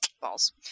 Balls